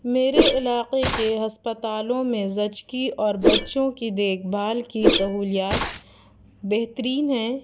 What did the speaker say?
میرے علاقے کے ہسپتالوں میں زچگی اور بچوں کی دیکھ بھال کی سہولیات بہترین ہیں